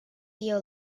you